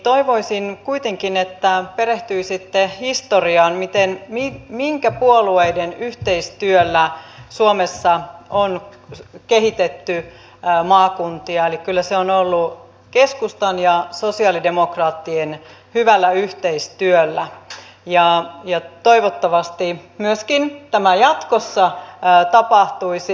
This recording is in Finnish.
toivoisin kuitenkin että perehtyisitte historiaan minkä puolueiden yhteistyöllä suomessa on kehitetty maakuntia eli kyllä se on tehty keskustan ja sosialidemokraattien hyvällä yhteistyöllä ja toivottavasti tämä myöskin jatkossa tapahtuisi